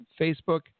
Facebook